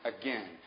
again